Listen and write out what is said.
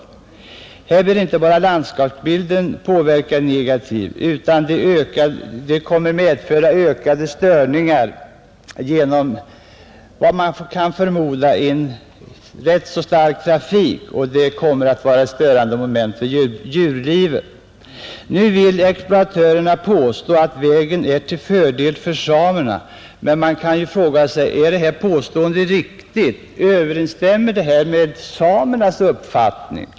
Genom den blir ju inte bara landskapsbilden påverkad negativt, utan vägen kommer också att medföra ökade störningar genom en efter vad man kan förmoda ganska stark trafik, som kommer att vara ett störande moment för djurlivet. Nu vill exploatörerna påstå att vägen är till fördel för samerna, men man kan fråga om det påståendet verkligen är riktigt. Överensstämmer det med samernas uppfattning?